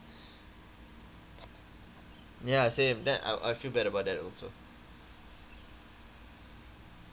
ya same then I I feel bad about that also